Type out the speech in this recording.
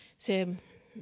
sen